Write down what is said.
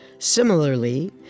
Similarly